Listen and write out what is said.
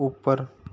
ऊपर